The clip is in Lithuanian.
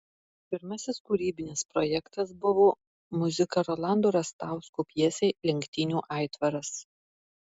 pirmasis kūrybinis projektas buvo muzika rolando rastausko pjesei lenktynių aitvaras